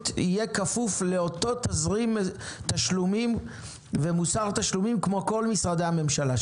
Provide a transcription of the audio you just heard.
יהיה כפוף לאותו תזרים תשלומים ומוסר תשלומים כמו כל משרדי הממשלה.